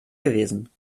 gewesen